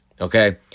okay